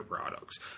products